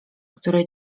który